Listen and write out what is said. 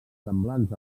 semblants